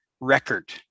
record